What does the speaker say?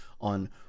on